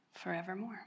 forevermore